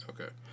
Okay